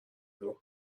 نور